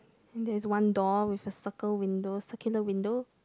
there is one door with a circle window a circular window